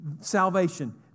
Salvation